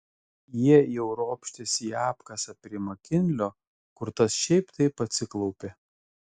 jie jau ropštėsi į apkasą prie makinlio kur tas šiaip taip atsiklaupė